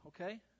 Okay